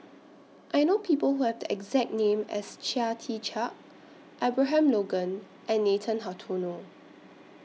I know People Who Have The exact name as Chia Tee Chiak Abraham Logan and Nathan Hartono